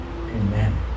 Amen